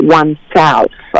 oneself